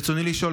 ברצוני לשאול,